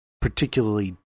particularly